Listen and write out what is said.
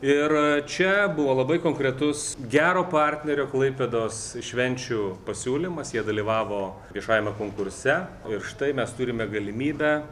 ir čia buvo labai konkretus gero partnerio klaipėdos švenčių pasiūlymas jie dalyvavo viešajame konkurse ir štai mes turime galimybę